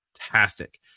fantastic